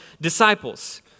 disciples